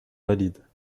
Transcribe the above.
valides